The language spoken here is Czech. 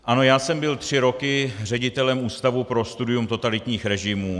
Ano, já jsem byl tři roky ředitelem Ústavu pro studium totalitních režimů.